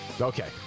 Okay